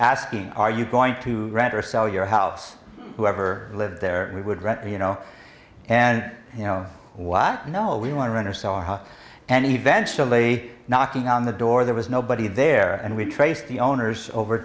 asked are you going to rent or sell your house who ever lived there we would rent you know and you know what no we want to run are so hot and eventually knocking on the door there was nobody there and we traced the owners over